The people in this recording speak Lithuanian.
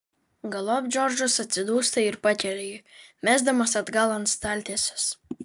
galop džordžas atsidūsta ir pakelia jį mesdamas atgal ant staltiesės